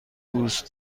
دوست